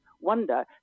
wonder